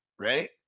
right